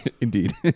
indeed